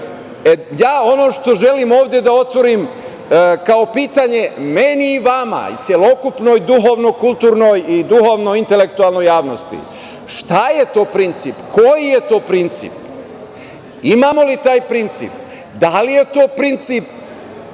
život. Ono što želim ovde da otvorim, kao pitanje meni i vama i celokupnoj duhovno-kulturnoj i duhovno-intelektualnoj javnosti šta je to princip, koji je to princip, imamo li taj princip, da li je to princip